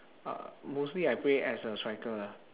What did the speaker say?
uh mostly I play as a striker ah